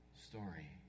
story